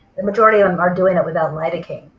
the majority of them are doing it without lidocaine.